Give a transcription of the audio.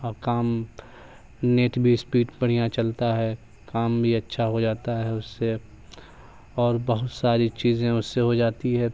اور کام نیٹ بھی اسپیڈ بڑھیاں چلتا ہے کام بھی اچھا ہو جاتا ہے اس سے اور بہت ساری چیزیں اس سے ہو جاتی ہیں